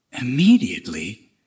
immediately